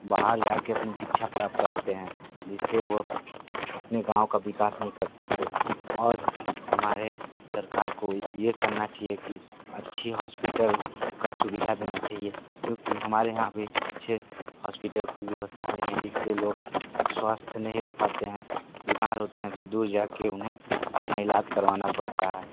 बाहर जा के अपनी शिक्षा प्राप्त करते हैं जिससे वो अपने गाँव का विकास नहीं कर सकते और हमारे सरकार को ये करना चाहिए कि अच्छे हॉस्पिटल की सुविधा देना चा हिए क्योंकि हमारे यहाँ भी अच्छे हॉस्पिटल की व्यवस्था नहीं है जिससे लोग स्वस्थ नहीं रह पाते हैं बीमार होते हैं तो दूर जा के उन्हें अपना इलाज करवाना पड़ता है